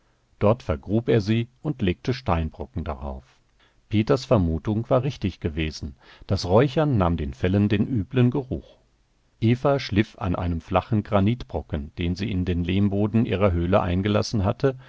dort vergrub er sie und legte steinbrocken darauf peters vermutung war richtig gewesen das räuchern nahm den fellen den üblen geruch eva schliff an einem flachen granitbrocken den sie in den lehmboden ihrer höhle eingelassen hatte